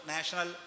National